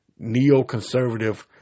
neoconservative